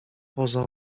poza